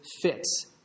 fits